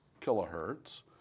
kilohertz